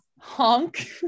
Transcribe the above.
honk